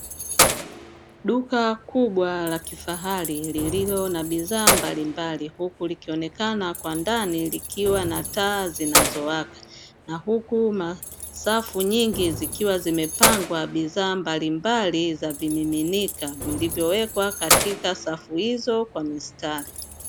Duka kubwa la kifahari lililo na bidhaa mbalimbali huku likionekana kwa ndani likiwa na taa zinazowaka na huku safu nyingi zikiwa zimepangwa bidhaa mbalimbali za vimiminika vilivyowekwa katika safu hizo kwa mistari.